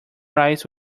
rice